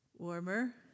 Warmer